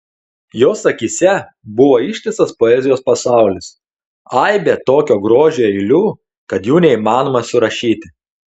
jos akyse buvo ištisas poezijos pasaulis aibė tokio grožio eilių kad jų neįmanoma surašyti